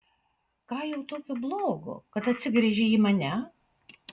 ką jau tokio blogo kad atsigręžei į mane